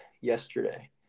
yesterday